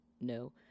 no